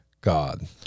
God